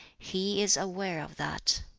he is aware of that